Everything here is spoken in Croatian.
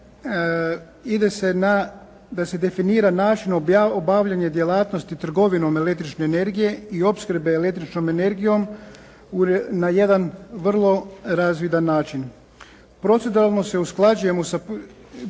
ide se na da se definira način obavljanja djelatnosti trgovinom električne energije i opskrbe električnom energijom na jedan vrlo razvidan način. Proceduralno se usklađujemo sa donošenjem